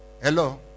Hello